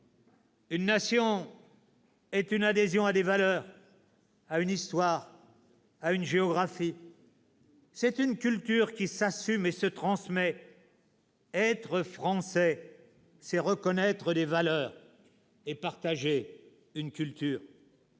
Une Nation est une adhésion à des valeurs, à une histoire, à une géographie. C'est une culture qui s'assume et se transmet. Être Français, c'est reconnaître des valeurs et partager une culture.